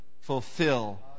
fulfill